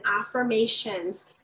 affirmations